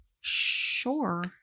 Sure